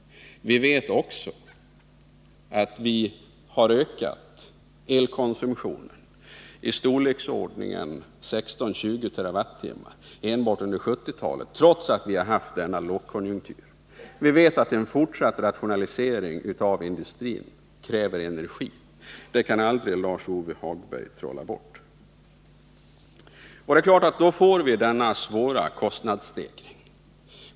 Vi vet också att vi har ökat elkonsumtionen i storleksordningen 16-20 TWh enbart under 1970-talet trots att vi haft en lågkonjunktur. Vi vet vidare att en fortsatt rationalisering av industrin kräver energi — inte heller detta faktum kan Lars-Ove Hagberg trolla bort. Mot den bakgrunden är det klart att vi får en stor kostnadsstegring.